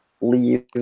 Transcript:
leave